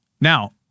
Now